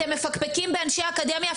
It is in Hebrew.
אתם מפקפקים באנשי אקדמיה,